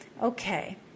Okay